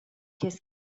کِز